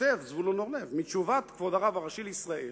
כותב זבולון אורלב: מתשובת כבוד הרב הראשי לישראל